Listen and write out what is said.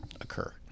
occur